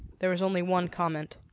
there was only one comment.